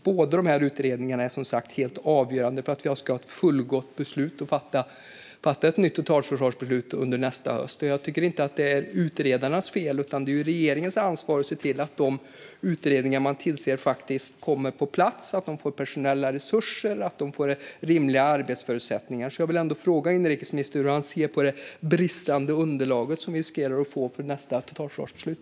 Båda dessa utredningar är som sagt helt avgörande för att vi ska ha ett fullgott underlag för att fatta ett nytt totalförsvarsbeslut under nästa höst. Jag tycker inte att det är utredarnas fel, utan det är ju regeringens ansvar att se till att de utredningar man tillsätter faktiskt kommer på plats och att de får personella resurser och rimliga arbetsförutsättningar. Jag vill fråga inrikesministern hur han ser på det bristande underlag vi riskerar att få för nästa totalförsvarsbeslut.